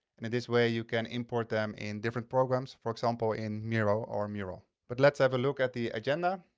and in this way you can import them in different programs, for example, in miro or mural. but let's have a look at the agenda.